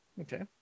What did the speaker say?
okay